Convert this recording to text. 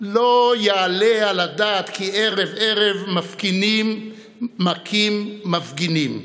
לא יעלה על הדעת כי ערב-ערב מפגינים מכים מפגינים,